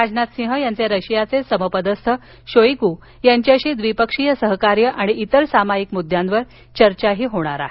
राजनाथसिंह त्यांचे रशियाचे समपदस्थ शोइग् यांच्याशी द्विपक्षीय सहकार्य आणि इतर सामायिक मुद्द्यांवर चर्चाही करणार आहेत